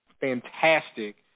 Fantastic